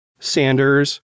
Sanders